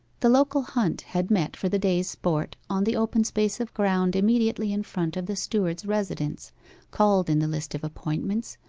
the local hunt had met for the day's sport on the open space of ground immediately in front of the steward's residence called in the list of appointments,